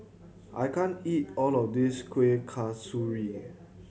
I can't eat all of this Kuih Kasturi